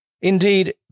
Indeed